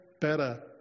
better